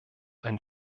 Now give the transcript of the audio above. ein